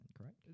correct